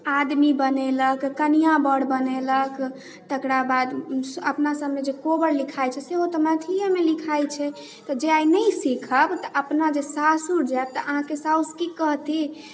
आदमी बनेलक कनिआ वर बनेलक तकरा बाद अपना सबमे जे कोबर लिखाइ छै सेहो तऽ मैथिलिएमे लिखाइ छै तऽ जे आइ नहि सिखब तऽ अपना जे सासुर जाएब तऽ अहाँके सासु की कहती